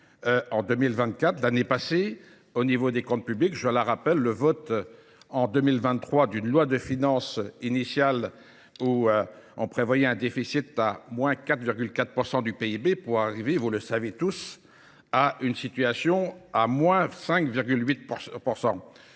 en 2024, l'année passée, au niveau des comptes publics. Je la rappelle, le vote en 2023 d'une loi de finances initiale, où on prévoyait un déficit à moins 4,4% du PIB pour arriver, vous le savez tous, à une situation à moins 5,8 %.